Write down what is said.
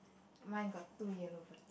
mine got two yellow birds